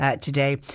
today